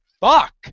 fuck